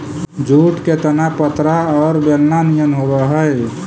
jute के तना पतरा औउर बेलना निअन होवऽ हई